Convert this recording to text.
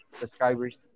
subscribers